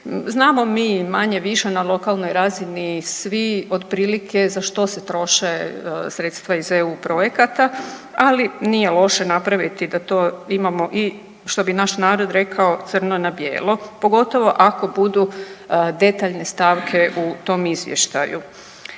Znamo mi manje-više na lokalnoj razni svi otprilike za što se troše sredstva iz EU projekata, ali nije loše napraviti da to imamo i što bi naš narod rekao crno na bijelo pogotovo ako budu detaljne stavke u tom izvještaju.